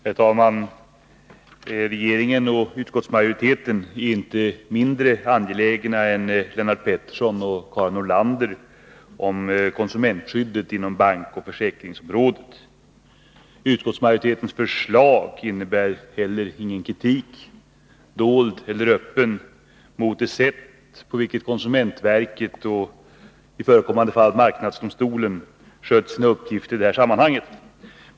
Herr talman! Regeringen och utskottsmajoriteten är inte mindre angelägna än Lennart Pettersson och Karin Nordlander om konsumentskyddet inom bankoch försäkringsområdet. Utskottsmajoritetens förslag innebär heller ingen kritik, dold eller öppen, mot det sätt varpå konsumentverket och i förekommande fall marknadsdomstolen skött sina uppgifter i detta sammanhang.